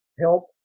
help